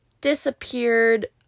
disappeared